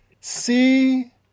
see